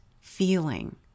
feeling